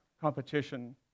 competition